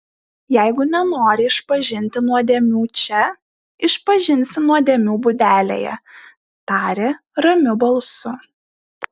jeigu nenori išpažinti nuodėmių čia išpažinsi nuodėmių būdelėje tarė ramiu balsu